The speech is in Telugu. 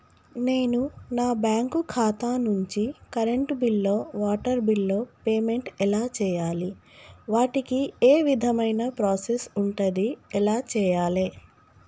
నేను నా బ్యాంకు ఖాతా నుంచి కరెంట్ బిల్లో వాటర్ బిల్లో పేమెంట్ ఎలా చేయాలి? వాటికి ఏ విధమైన ప్రాసెస్ ఉంటది? ఎలా చేయాలే?